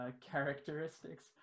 characteristics